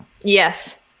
Yes